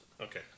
Okay